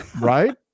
Right